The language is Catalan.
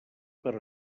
per